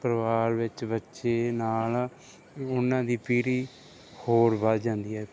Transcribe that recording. ਪਰਿਵਾਰ ਵਿੱਚ ਬੱਚੇ ਨਾਲ ਉਹਨਾਂ ਦੀ ਪੀੜ੍ਹੀ ਹੋਰ ਵਧ ਜਾਂਦੀ ਹੈ